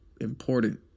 important